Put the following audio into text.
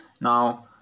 now